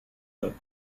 her